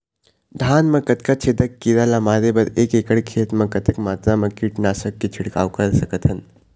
धान मा कतना छेदक कीरा ला मारे बर एक एकड़ खेत मा कतक मात्रा मा कीट नासक के छिड़काव कर सकथन?